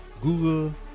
Google